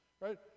right